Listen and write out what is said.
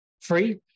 free